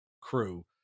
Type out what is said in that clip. crew